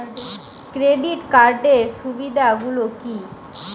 Credit কার্ডের সুবিধা গুলো কি?